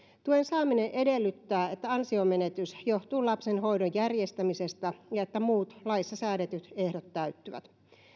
tuen saaminen edellyttää että ansionmenetys johtuu lapsen hoidon järjestämisestä ja että muut laissa säädetyt ehdot täyttyvät